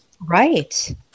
Right